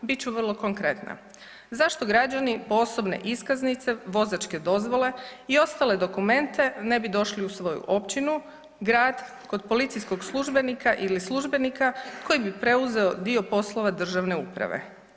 Bit ću vrlo konkretna, zašto građani po osobne iskaznice, vozačke dozvole i ostale ne bi došli u svoju općinu, grad kod policijskog službenika ili službenika koji bi preuzeo dio poslova državne uprave.